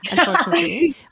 unfortunately